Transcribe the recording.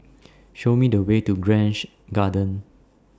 Show Me The Way to Grange Garden